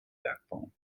bergbau